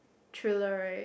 thriller right